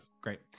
great